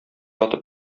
атып